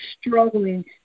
struggling